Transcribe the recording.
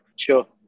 sure